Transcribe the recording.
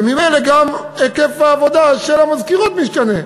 וממילא גם היקף העבודה של המזכירות משתנה,